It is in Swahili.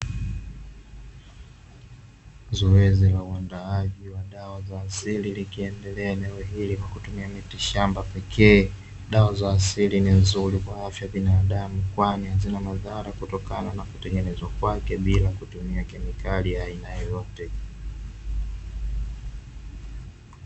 Zoezi la uandaaji wa dawa za asili likiendelea eneo hili kwa kutumia miti shamba pekee, dawa za asili ni nzuri kwa afya ya binadamu kwani hazina madhara kutokana na kutengeneza kwake bila kutumia kemikali ya aina yoyote.